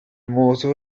mozo